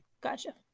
gotcha